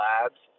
Labs